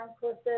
courses